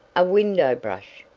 a window brush!